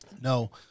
No